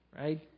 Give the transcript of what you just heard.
Right